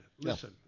listen